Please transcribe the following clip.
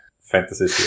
fantasy